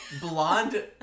blonde